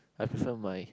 I prefer my